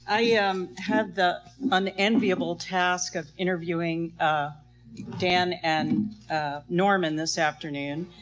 i yeah um have the and enviable task of interviewing ah dan and norman this afternoon.